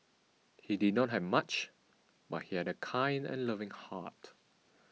he did not have much but he had a kind and loving heart